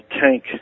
tank